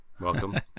welcome